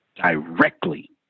Directly